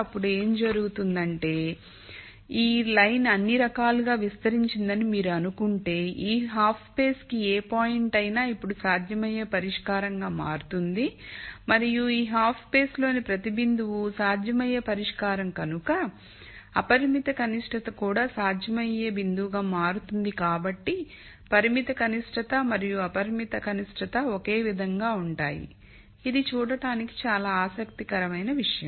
అప్పుడు ఏమి జరుగుతుందంటే ఈ రేఖ అన్ని రకాలుగా విస్తరించిందని మీరు అనుకుంటే ఈ హాఫ్ స్పేస్ కి ఏ పాయింట్ అయినా ఇప్పుడు సాధ్యమయ్యే పరిష్కారంగా మారుతుంది మరియు ఈ హాఫ్ స్పేస్ లోని ప్రతి బిందువు సాధ్యమయ్యే పరిష్కారం కనుక అపరిమిత కనిష్టత కూడా సాధ్యమయ్యే బిందువుగా మారుతుంది కాబట్టి పరిమిత కనిష్టత మరియు అపరిమిత కనిష్టత ఒకే విధంగా ఉంటాయి ఇది చూడటానికి కూడా ఆసక్తికరమైన విషయం